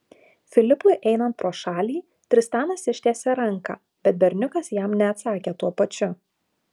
filipui einant pro šalį tristanas ištiesė ranką bet berniukas jam neatsakė tuo pačiu